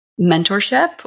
mentorship